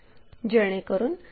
जेणेकरून आपण ते काढू शकतो